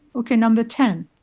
okay number ten